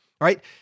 right